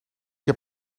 heb